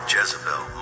Jezebel